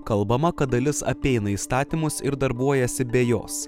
kalbama kad dalis apeina įstatymus ir darbuojasi be jos